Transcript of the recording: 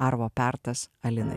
arvo pertas alinai